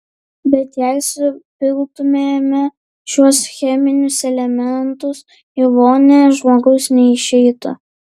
bet jei supiltumėme šiuos cheminius elementus į vonią žmogus neišeitų